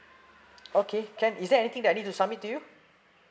okay can is there anything that I need to submit to you